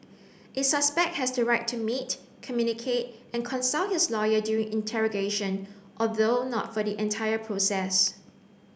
a suspect has the right to meet communicate and consult his lawyer during interrogation although not for the entire process